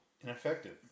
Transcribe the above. ineffective